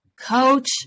coach